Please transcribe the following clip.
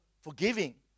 forgiving